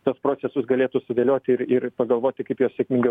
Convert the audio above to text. tuos procesus galėtų sudėlioti ir ir pagalvoti kaip juos sėkmingai